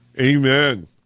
Amen